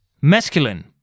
Masculine